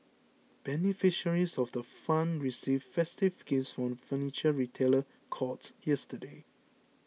beneficiaries of the fund received festive gifts from Furniture Retailer Courts yesterday